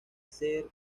ser